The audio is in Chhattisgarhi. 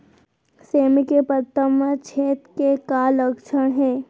सेमी के पत्ता म छेद के का लक्षण हे?